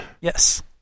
Yes